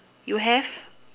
you have